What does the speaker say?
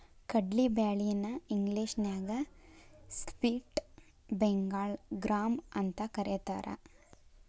ಕಡ್ಲಿ ಬ್ಯಾಳಿ ನ ಇಂಗ್ಲೇಷನ್ಯಾಗ ಸ್ಪ್ಲಿಟ್ ಬೆಂಗಾಳ್ ಗ್ರಾಂ ಅಂತಕರೇತಾರ